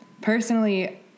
personally